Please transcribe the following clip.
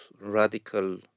radical